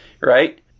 right